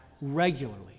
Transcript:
regularly